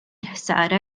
ħsara